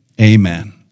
amen